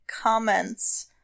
comments